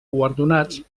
guardonats